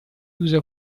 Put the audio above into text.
usa